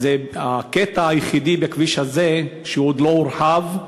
זה הקטע היחיד בכביש הזה שעוד לא הורחב,